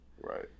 right